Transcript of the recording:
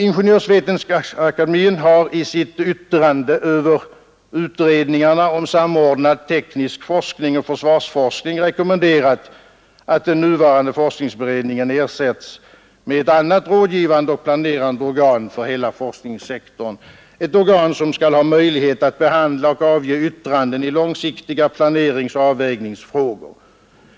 Ingenjörsvetenskapsakademien har i sitt yttrande över utredningarna om samordnad teknisk forskning och försvarsforskning rekommenderat att den nuvarande forskningsberedningen ersätts med ett annat rådgivande och planerande organ för hela forskningssektorn, ett organ som skall ha möjlighet att behandla och avge yttranden i långsiktiga planeringsoch avvägningsfrågor.